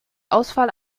ausfall